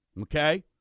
okay